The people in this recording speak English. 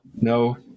no